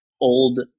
old